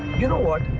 you know what?